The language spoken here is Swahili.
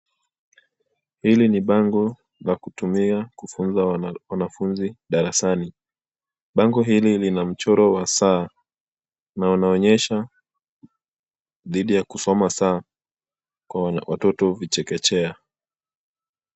Hili ni bango la kutumia kufunza wanafunzi darasani. Bango hili lina mchoro wa saa na wanaonyesha dhidi ya kusoma saa kwa watoto vichekechea.